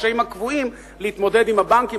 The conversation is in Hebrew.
הקשיים הקבועים להתמודד עם הבנקים,